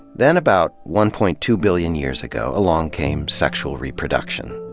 then, about one point two billion years ago, along came sexual reproduction.